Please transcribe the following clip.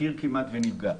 תחקיר כמעט ונפגע.